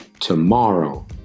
Tomorrow